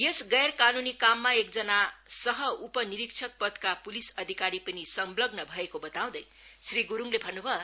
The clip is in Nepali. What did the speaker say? यस गैरकानुनी काममा एकजना सह उप निरीक्षक पदका पुलिस अधिकारी पनि संलग्न भएको बताँउदै श्री गुरूङले भन्नु भयो